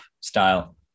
style